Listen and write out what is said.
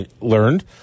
learned